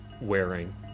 wearing